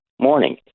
morning